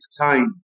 entertain